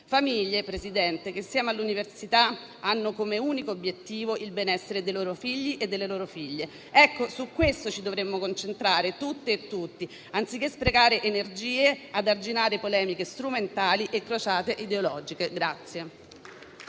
signora Presidente, che, insieme all'università, hanno come unico obiettivo il benessere dei loro figli e delle loro figlie. Su questo ci dovremmo concentrare tutte e tutti, anziché sprecare energie ad arginare polemiche strumentali e crociate ideologiche.